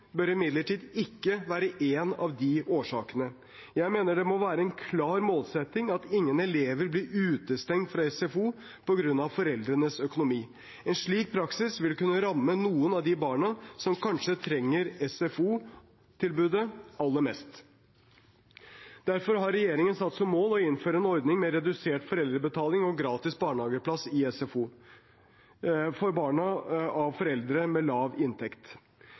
bør imidlertid ikke være en av årsakene. Jeg mener det må være en klar målsetting at ingen elever blir utestengt fra SFO på grunn av foreldrenes økonomi. En slik praksis vil kunne ramme noen av de barna som kanskje trenger SFO-tilbudet aller mest. Derfor har regjeringen satt seg som mål å innføre ordninger med redusert foreldrebetaling og gratis halvdagsplass i SFO for barn av foreldre med lav inntekt.